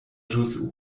ĵus